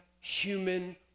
human